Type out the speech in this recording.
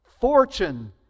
fortune